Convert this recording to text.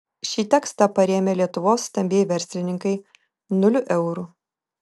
šį tekstą parėmė lietuvos stambieji verslininkai nuliu eurų